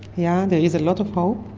yeah there is a lot of hope.